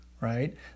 right